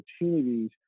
opportunities